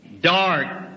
dark